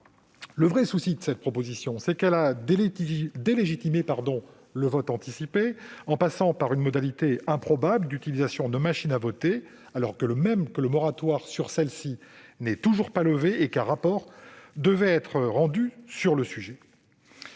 Le vrai souci de cette proposition, c'est qu'elle a délégitimé le vote anticipé, en passant par une modalité improbable d'utilisation des machines à voter, alors même que le moratoire sur celles-ci n'est toujours pas levé et qu'un rapport devait être rendu sur le sujet.